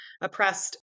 oppressed